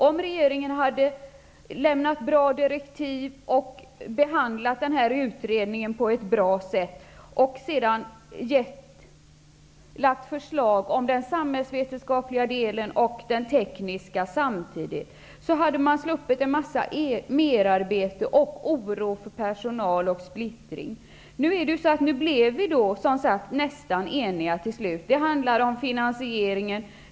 Om regeringen hade lämnat bra direktiv, behandlat den här utredningen på ett bra sätt och sedan lagt fram förslag om den samhällsvetenskapliga och tekniska delen samtidigt hade vi sluppit en massa merarbete och personalen hade sluppit oro och splittring. Nu blev vi som sagt till slut nästan eniga. Det handlar om finansieringen.